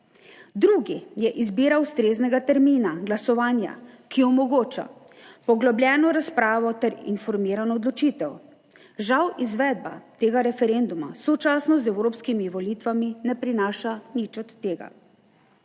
Drugi je izbira ustreznega termina glasovanja, ki omogoča poglobljeno razpravo ter informirano odločitev. Žal izvedba tega referenduma, sočasno z evropskimi volitvami ne prinaša nič od tega.